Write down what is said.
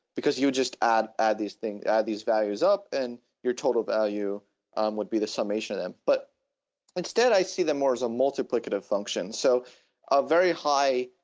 because you just add add these things, add these values up and your total value um would be the summation of that. but instead i see them more as a multiplicative function. so a very high,